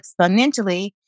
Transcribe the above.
exponentially